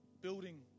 building